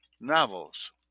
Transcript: novels